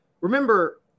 Remember